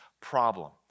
problem